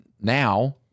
now